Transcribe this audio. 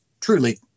truly